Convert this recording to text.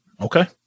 Okay